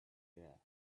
there